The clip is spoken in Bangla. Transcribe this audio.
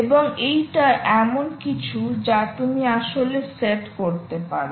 এবং এইটা এমন কিছু যা তুমি আসলে সেট করতে পারো